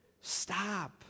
Stop